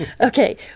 Okay